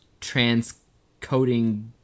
transcoding